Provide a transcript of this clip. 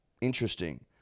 Interesting